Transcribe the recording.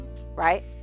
Right